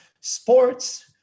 sports